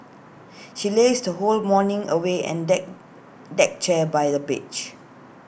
she lazed her whole morning away and deck deck chair by the beach